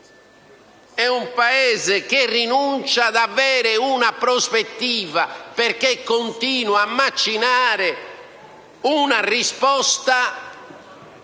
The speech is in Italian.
È un Paese che rinuncia ad avere una prospettiva perché continua a macinare una risposta